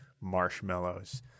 marshmallows